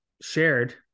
shared